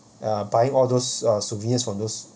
ya buy all those uh souvenirs from those